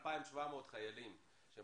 יחד עם זאת שכר הדירה שניתן לחיילים שהם